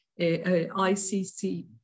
ICC